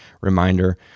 reminder